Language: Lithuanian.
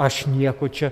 aš nieko čia